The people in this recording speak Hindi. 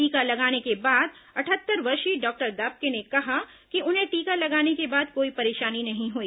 टीका लगाने के बाद अटहत्तर वर्षीय डॉक्टर दाबके ने कहा कि उन्हें टीका लगाने के बाद कोई परेशानी नहीं हुई